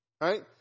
right